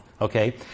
okay